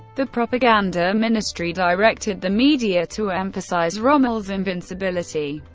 the propaganda ministry directed the media to emphasize rommel's invincibility.